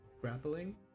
grappling